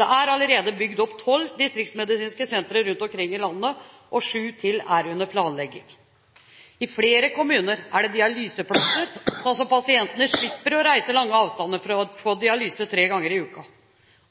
Det er allerede bygd opp tolv distriktsmedisinske sentre rundt omkring i landet, og sju til er under planlegging. I flere kommuner er det dialyseplasser, slik at pasientene slipper å reise lange avstander for å få dialyse tre ganger i uken.